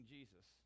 Jesus